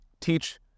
teach